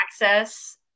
access